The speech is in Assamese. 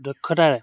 দক্ষতাৰে